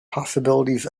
possibilities